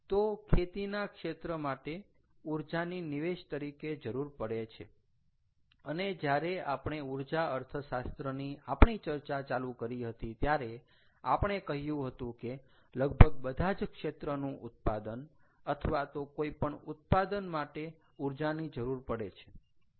તો ખેતીના ક્ષેત્ર માટે ઊર્જાની નિવેશ તરીકે જરૂર પડે છે અને જ્યારે આપણે ઊર્જા અર્થશાસ્ત્રની આપણી ચર્ચા ચાલુ કરી હતી ત્યારે આપણે કહ્યું હતું કે લગભગ બધા જ ક્ષેત્રનું ઉત્પાદન અથવા તો કોઈ પણ ઉત્પાદન માટે ઊર્જાની જરૂર પડે છે